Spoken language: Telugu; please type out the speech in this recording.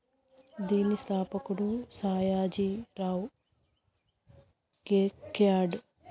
దీని స్థాపకుడు సాయాజీ రావ్ గైక్వాడ్